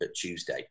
Tuesday